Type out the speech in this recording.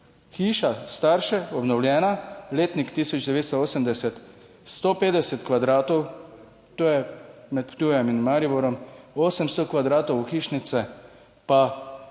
Hiša, Starše, obnovljena, letnik 1980, 150 kvadratov – to je med Ptujem in Mariborom – 800 kvadratov ohišnice, pa